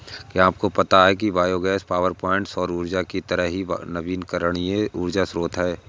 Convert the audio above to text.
क्या आपको पता है कि बायोगैस पावरप्वाइंट सौर ऊर्जा की तरह ही नवीकरणीय ऊर्जा स्रोत है